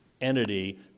entity